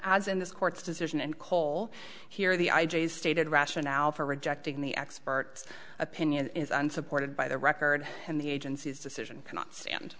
as in this court's decision and kohl here the i j a stated rationale for rejecting the expert's opinion is unsupported by the record and the agency's decision cannot stand